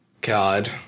God